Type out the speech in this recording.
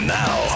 now